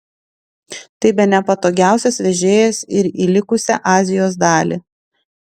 tai bene patogiausias vežėjas ir į likusią azijos dalį